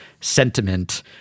sentiment